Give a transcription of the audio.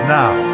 now